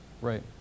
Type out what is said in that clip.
Right